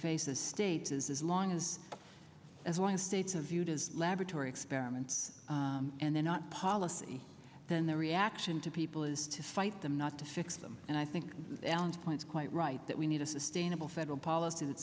face as states is as long as as long as states of you does laboratory experiments and they're not policy then the reaction to people is to fight them not to fix them and i think alan's points quite right that we need a sustainable federal policy that